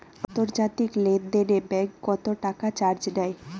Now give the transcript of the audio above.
আন্তর্জাতিক লেনদেনে ব্যাংক কত টাকা চার্জ নেয়?